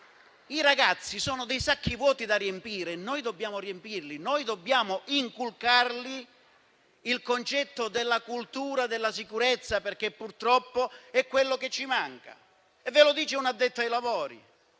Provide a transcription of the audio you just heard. i ragazzi sono sacchi vuoti da riempire e noi dobbiamo riempirli. Noi dobbiamo inculcargli il concetto della cultura della sicurezza, perché purtroppo è quello che ci manca. Ve lo dice un addetto ai lavori.